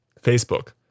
Facebook